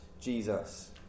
Jesus